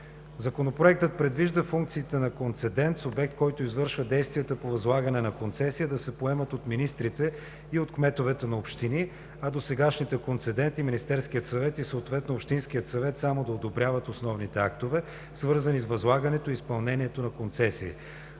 Законопроектът предвижда функциите на „концедент“ – субект, който извършва действията по възлагане на концесия, да се поемат от министрите и от кметовете на общини, а досегашните концеденти – Министерският съвет и съответно общинският съвет, само да одобряват основните актове, свързани с възлагането и изпълнението на концесии.